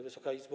Wysoka Izbo!